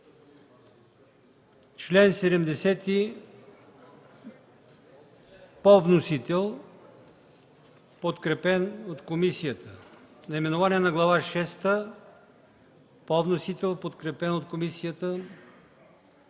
чл. 70 по вносител, подкрепен от комисията, наименованието на Глава Шеста по вносител, подкрепено от комисията,